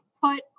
put